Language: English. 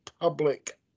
public